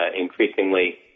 increasingly